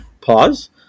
pause